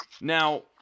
Now